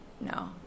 no